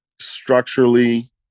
structurally